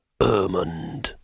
Ermund